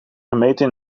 gemeten